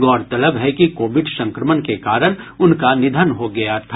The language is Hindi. गौरतलब है कि कोविड संक्रमण के कारण उनका निधन हो गया था